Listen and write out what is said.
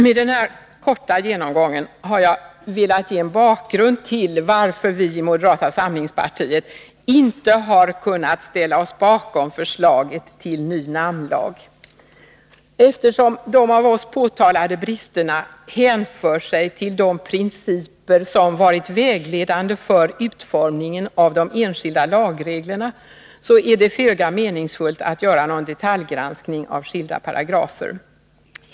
Med den här korta genomgången har jag velat ge en bakgrund till varför vi i moderata samlingspartiet inte har kunnat ställa oss bakom förslaget till ny namnlag. Eftersom de av oss påtalade bristerna hänför sig till de principer som varit vägledande för utformningen av de enskilda lagreglerna, är det föga meningsfullt att göra en detaljgranskning av skilda paragrafer.